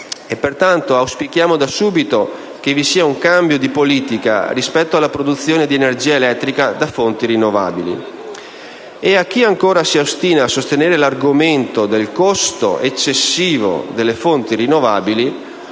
e pertanto auspichiamo che vi sia da subito un cambiamento di politica rispetto alla produzione di energia elettrica da fonti rinnovabili. A chi ancora si ostina a sostenere l'argomento del costo eccessivo delle fonti rinnovabili,